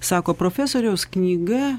sako profesoriaus knyga